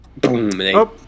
Boom